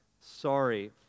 sorry